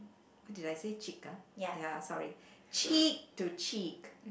did I say chick ya sorry cheek to cheek